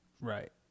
right